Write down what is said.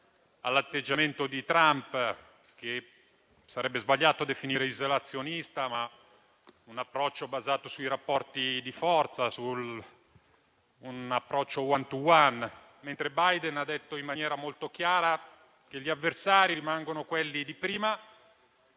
all'atteggiamento di Trump, che sarebbe sbagliato definire isolazionista, in quanto era un approccio basato sui rapporti di forza e di tipo *one to one*. Biden ha detto in maniera molto chiara che gli avversari rimangono quelli di prima,